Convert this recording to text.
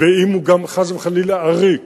ואם הוא גם חס וחלילה עריק.